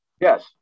Yes